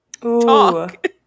talk